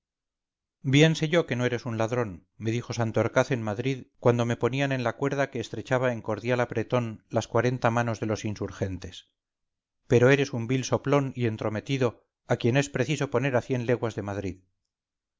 sé yo que no eres ladrón me dijo santorcaz en madrid cuando me ponían en la cuerda que estrechaba en cordial apretón las cuarenta manos de los insurgentes pero eres un vil soplón y entrometido a quien es preciso poner a cien leguas de madrid